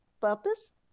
purpose